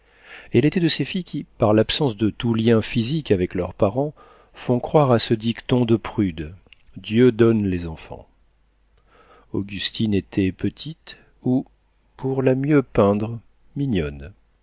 elle était de ces filles qui par l'absence de tout lien physique avec leurs parents font croire à ce dicton de prude dieu donne les enfants augustine était petite ou pour la mieux peindre mignonne